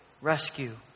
rescue